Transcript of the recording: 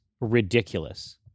ridiculous